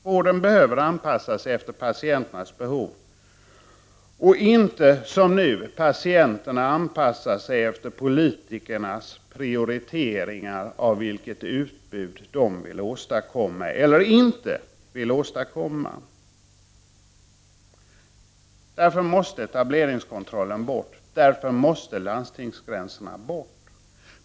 Vården behöver anpassas efter patienternas behov och inte, som nu, patienterna anpassa sig efter politikernas prioriteringar av vilket utbud de vill åstadkomma eller inte vill åstadkomma. Därför måste etableringskontrollen bort. Därför måste landstingsgränserna bort.